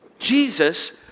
Jesus